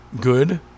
good